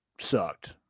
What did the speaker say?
sucked